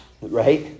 right